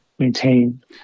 maintain